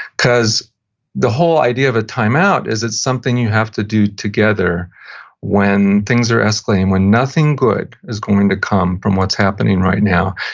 because the whole idea of a time-out is it's something you have to do together when things are escalating, when nothing good is going to come from what's happening right now.